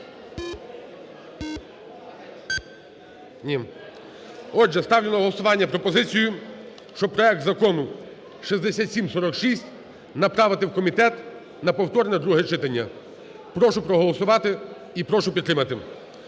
Отже, ставлю на голосування пропозицію, щоби проект Закону 6746 направити в комітет на повторне друге читання. Прошу проголосувати і прошу підтримати